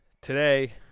today